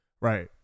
Right